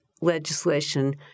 legislation